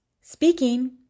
Speaking